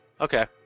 Okay